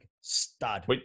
stud